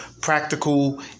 practical